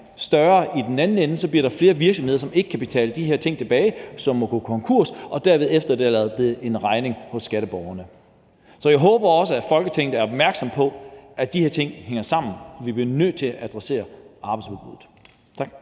større i den anden ende. Så bliver der flere virksomheder, der ikke kan betale de her penge tilbage, og som må gå konkurs, og derved efterlader det en regning hos skatteborgerne. Så jeg håber også, at Folketinget er opmærksom på, at de her ting hænger sammen. Vi bliver nødt til at adressere arbejdsudbuddet.